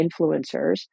influencers